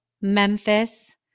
Memphis